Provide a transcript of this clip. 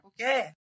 Okay